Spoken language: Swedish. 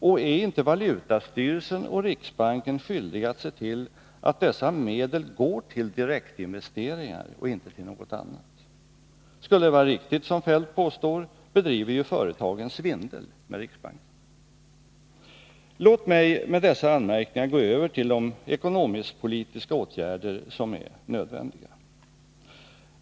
Och är inte valutastyrelsen och riksbanken skyldiga att se till att dessa medel går till direktinvesteringar och inte till något annat? Skulle det vara riktigt som herr Feldt påstår bedriver ju företagen svindel med riksbanken. Låt mig med dessa anmärkningar gå över till de ekonomisk-politiska åtgärder som är nödvändiga.